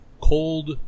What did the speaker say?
Cold